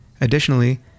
Additionally